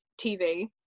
TV